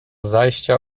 zajścia